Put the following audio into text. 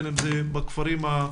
בין אם זה בכפרים המוכרים,